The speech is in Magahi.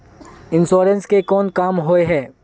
इंश्योरेंस के कोन काम होय है?